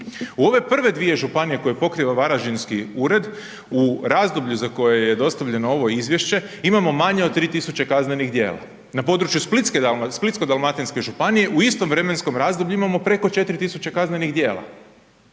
U ove prve dvije županije koje pokriva varaždinski ured, u razdoblju za koje je dostavljeno ovo izvješće, imamo manje od 3000 kaznenih djela. Na području Splitsko-dalmatinske županije u istom vremenskom razdoblju imamo preko 4000 kaznenih djela